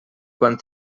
quan